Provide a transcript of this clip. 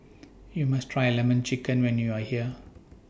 YOU must Try Lemon Chicken when YOU Are here